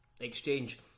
exchange